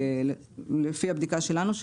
לפי הבדיקה שלנו,